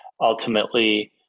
ultimately